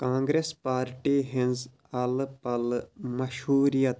Congress party ہٕنٛز الہٕ پلہٕ مشہوٗریت